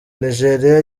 nigeria